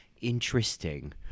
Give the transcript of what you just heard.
interesting